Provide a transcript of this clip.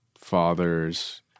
fathers